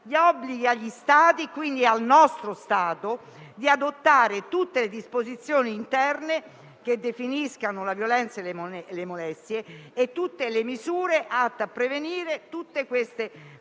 gli obblighi agli Stati, quindi al nostro Stato, di adottare tutte le disposizioni interne che definiscano la violenza e le molestie e tutte le misure atte a prevenire queste condotte